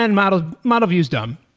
and model model view is done.